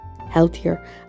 healthier